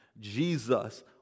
Jesus